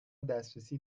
دسترسی